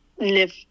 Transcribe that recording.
live